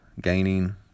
gaining